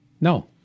No